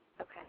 Okay